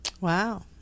Wow